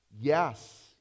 Yes